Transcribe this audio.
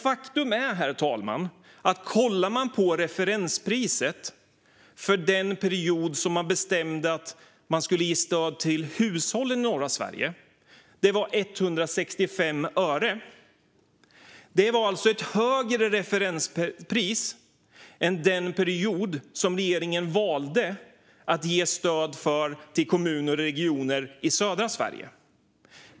Faktum är, herr talman, att referenspriset för den period som man bestämde att man skulle ge stöd till hushållen i norra Sverige under var 165 öre. Det var ett högre referenspris än för den period som regeringen valde att ge stöd till kommuner och regioner i södra Sverige under.